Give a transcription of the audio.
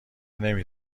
نمی